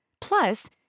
Plus